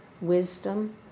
Wisdom